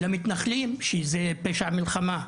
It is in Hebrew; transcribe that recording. למתנחלים שזה פשע מלחמה,